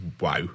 wow